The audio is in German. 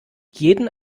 jeden